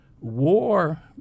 war